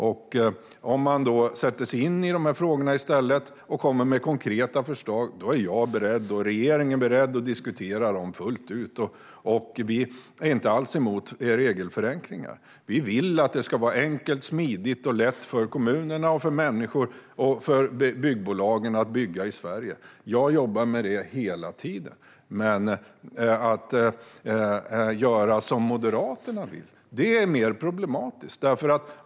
Om man i stället sätter sig in i dessa frågor och kommer med konkreta förslag är jag och regeringen beredd att diskutera dessa fullt ut. Vi är inte alls emot regelförenklingar. Vi vill att det ska vara enkelt, smidigt och lätt för kommuner, människor och byggbolag att bygga i Sverige. Jag jobbar med detta hela tiden. Att göra som Moderaterna vill är dock mer problematiskt.